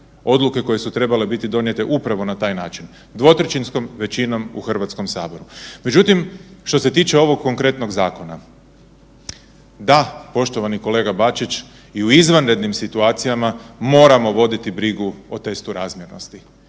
odluke koje su trebale biti donijete upravo na taj način dvotrećinskom većinom u Hrvatskom saboru. Međutim, što se tiče ovog konkretnog zakona, da poštovani kolega Bačić i u izvanrednim situacijama moramo voditi brigu o testu razmjernosti